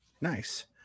Nice